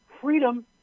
Freedom